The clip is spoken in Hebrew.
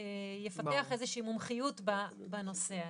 יפתח איזושהי מומחיות בנושא הזה.